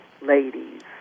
Ladies